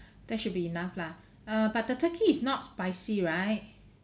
that should be enough lah err but the turkey is not spicy right